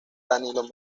danilo